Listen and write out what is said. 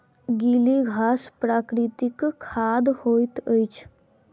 गीली घास प्राकृतिक खाद होइत अछि